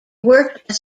worked